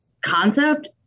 concept